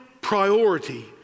priority